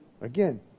again